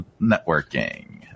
Networking